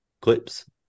clips